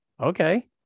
Okay